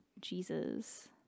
Jesus